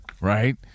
right